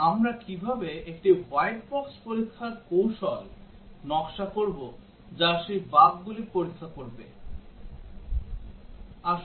এবং আমরা কিভাবে একটি হোয়াইট বক্স পরীক্ষার কৌশল নকশা করব যা সেই বাগগুলি পরীক্ষা করবে